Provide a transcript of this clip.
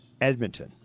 Edmonton